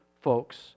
folks